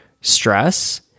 stress